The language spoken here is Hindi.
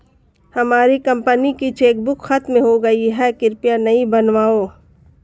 हमारी कंपनी की चेकबुक खत्म हो गई है, कृपया नई बनवाओ